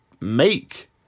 make